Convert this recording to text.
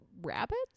rabbits